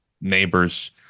neighbors